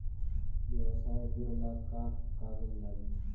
व्यवसाय ऋण ला का का कागज लागी?